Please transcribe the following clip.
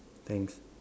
thanks